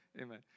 amen